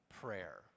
prayer